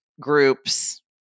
groups